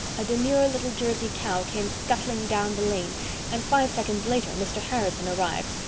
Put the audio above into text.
a demure little jersey cow came scuttling down the lane and five seconds later mr. harrison arrived.